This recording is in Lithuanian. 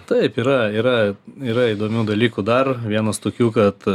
taip yra yra yra įdomių dalykų dar vienas tokių kad